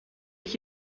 ich